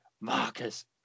Marcus